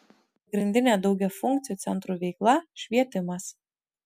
pagrindinė daugiafunkcių centrų veikla švietimas